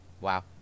Wow